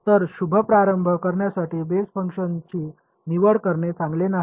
तर शुभ प्रारंभ करण्यासाठी बेस फंक्शनची निवड करणे चांगले नाही